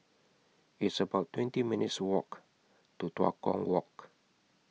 It's about twenty minutes' Walk to Tua Kong Walk